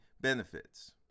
benefits